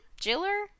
Jiller